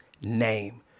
name